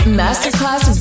masterclass